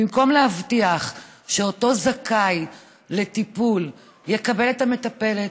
במקום להבטיח שאותו זכאי לטיפול יקבל את המטפלת